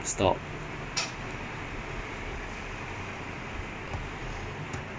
dude eleven shots one of target